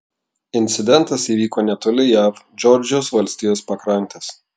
incidentas įvyko netoli jav džordžijos valstijos pakrantės